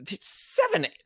Seven